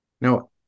Now